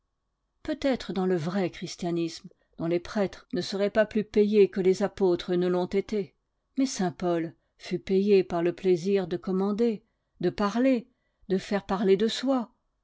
peut-être dans le vrai christianisme dont les prêtres ne seraient pas plus payés que les apôtres ne l'ont été mais saint paul fut payé par le plaisir de commander de parler de faire parler de soi